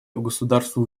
государства